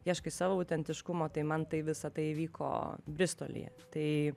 ieškai savo autentiškumo tai man tai visa tai įvyko bristolyje tai